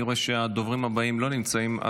אני רואה שהדוברים הבאים לא נמצאים,